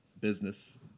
business